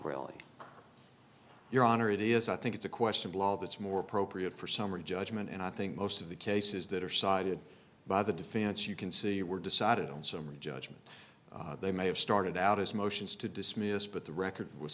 really your honor it is i think it's a question blog that's more appropriate for summary judgment and i think most of the cases that are sided by the defense you can see were decided on summary judgment they may have started out as motions to dismiss but the record w